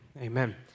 Amen